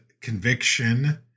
Conviction